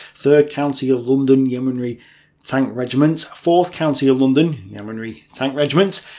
third county of london yeomanry tank regiment, fourth county of london yeomanry tank regiment,